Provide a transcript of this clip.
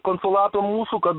konsulato mūsų kad